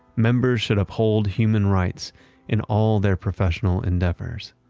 members should uphold human rights in all their professional endeavors